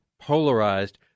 polarized